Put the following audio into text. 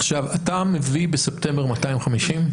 אתה מביא בספטמבר 250?